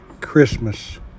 Christmas